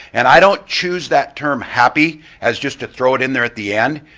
and i don't choose that term happy as just to throw it in there at the end.